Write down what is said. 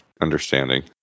understanding